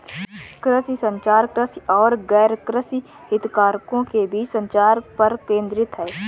कृषि संचार, कृषि और गैरकृषि हितधारकों के बीच संचार पर केंद्रित है